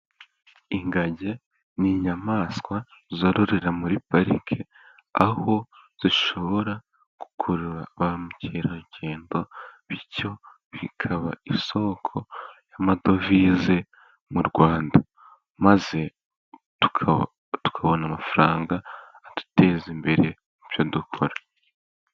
Ingagi n'inyamaswa zororera muri pariki, aho zishobora gukurura ba mukerarugendo bityo bikaba isoko y'amadovize mu Rwanda, maze tukabona amafaranga aduteza imbere mu byo dukora.